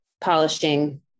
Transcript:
polishing